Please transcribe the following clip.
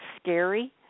scary